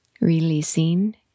releasing